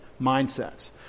mindsets